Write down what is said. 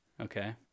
okay